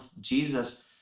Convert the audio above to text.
Jesus